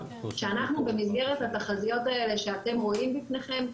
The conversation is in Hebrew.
שאנחנו במסגרת התחזיות האלה שאתם רואים לפניכם,